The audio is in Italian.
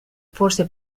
forse